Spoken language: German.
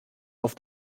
auf